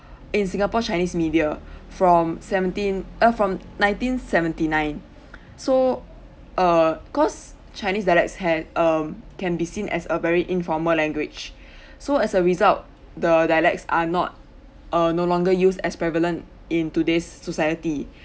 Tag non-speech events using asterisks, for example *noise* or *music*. *breath* in singapore chinese media *breath* from seventeen uh from nineteen seventy nine *breath* so err cause chinese dialects ha~ um can be seen as a very informal language *breath* so as a result the dialects are not uh no longer used as prevalent in today's society